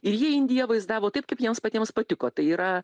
ir jie indiją vaizdavo taip kaip jiems patiems patiko tai yra